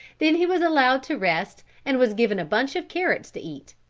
then he was allowed to rest and was given a bunch of carrots to eat.